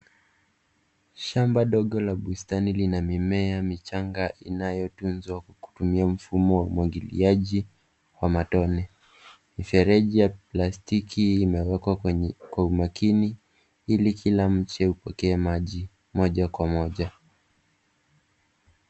Shamba dogo katika bustani lina mimea michanga inayotunzwa kwa kutumia mfumo wa umwagiliaji wa matone. Mabomba ya plastiki yamewekwa kwa makini ili kila mmea upate maji moja kwa moja